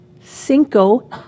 Cinco